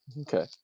Okay